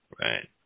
Right